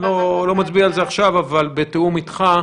אני לא מצביע על זה עכשיו בתיאום איתך,